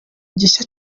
gishya